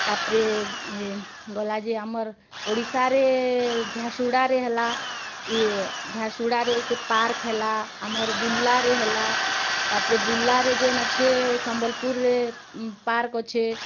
ତା'ପରେ ଗଲା ଯେ ଆମର୍ ଓଡ଼ିଶାରେ ଝାର୍ସୁଗୁଡ଼ାରେ ହେଲା ଇ ଝାର୍ସୁଗୁଡ଼ାରେ ସେ ପାର୍କ୍ ହେଲା ଆମର୍ ବୁର୍ଲାରେ ହେଲା ତା'ପରେ ବୁର୍ଲାରେ ଯେନ୍ ଅଛେ ସମ୍ବଲ୍ପୁର୍ରେ ପାର୍କ୍ ଅଛେ